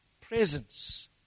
presence